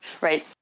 Right